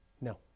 No